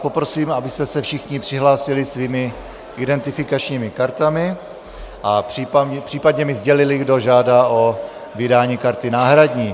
Poprosím vás, abyste se všichni přihlásili svými identifikačními kartami a případně mi sdělili, kdo žádá o vydání karty náhradní.